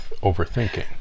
overthinking